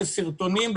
בסרטונים,